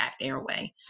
airway